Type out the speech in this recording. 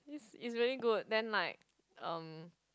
is is really good then like um